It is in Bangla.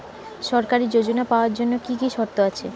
সরকারী যোজনা পাওয়ার জন্য কি কি শর্ত আছে?